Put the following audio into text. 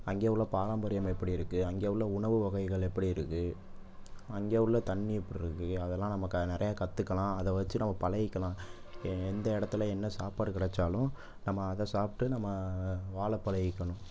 அங்கே உள்ள பாரம்பரியம் எப்படி இருக்குது அங்கே உள்ள உணவு வகைகள் எப்படி இருக்குது அங்கே உள்ள தண்ணி எப்படி இருக்குது அதெல்லாம் நம்ம க நிறையா கற்றுக்கலாம் அதை வச்சு நம்ம பழகிக்கலாம் எந்த இடத்துல என்ன சாப்பாடு கிடச்சாலும் நம்ம அதை சாப்பிட்டு நம்ம வாழ பழகிக்கணும்